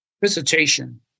Visitation